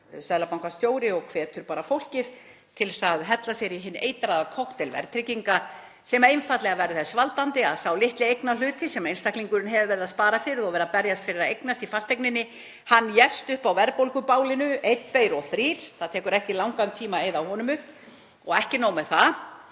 seðlabankastjóri og hvetur fólk til að hella í sig hinum eitraða kokteil verðtryggingar sem einfaldlega verður þess valdandi að sá litli eignarhluti sem einstaklingurinn hefur verið að spara fyrir og berjast fyrir að eignast í fasteigninni ést upp á verðbólgubálinu einn, tveir og þrír. Það tekur ekki langan tíma að eyða honum upp. Ekki nóg með það